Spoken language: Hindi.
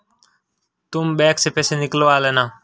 तुम बैंक से पैसे निकलवा लाना